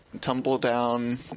tumble-down